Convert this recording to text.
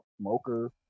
Smoker